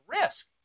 risk